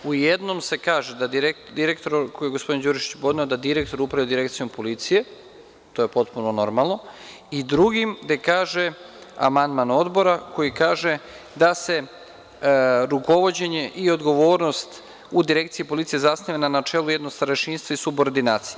U jednom se kaže, koji je gospodin Đurišić podneo, da direktor upravlja direkcijom policije, to je potpuno normalno, i drugi gde kaže, amandman Odbora, koji kaže da se rukovođenje i odgovornost u direkciji policije zasniva na načelu jednog starešinstva i subordinacije.